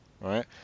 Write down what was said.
Right